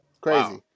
crazy